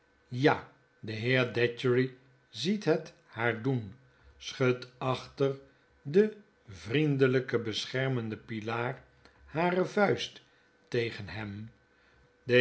ja de heer datchery ziet het haar doen schudt achter den vriendelp beschermenden pilaar hare vuisttegenhem de